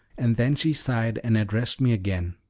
and then she sighed and addressed me again.